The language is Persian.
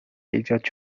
ایجاد